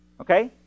Okay